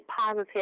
positive